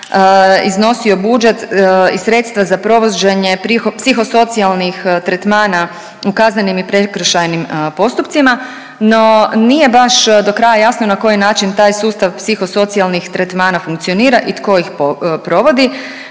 iznosio budžet i sredstva za provođenje psihosocijalnih tretmana u kaznenim i prekršajnim postupcima, no nije baš do kraja jasno na koji način taj sustav psihosocijalnih tretmana funkcionira i tko iz provodi.